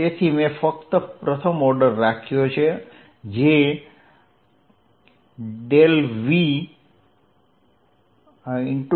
તેથી મેં ફક્ત પ્રથમ ઓર્ડર રાખ્યો છે જે V